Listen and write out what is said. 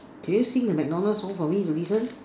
can you sing the McDonalds song for me to listen